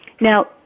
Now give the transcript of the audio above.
now